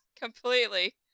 Completely